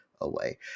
away